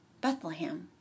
Bethlehem